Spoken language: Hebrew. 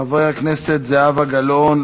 חברת הכנסת זהבה גלאון,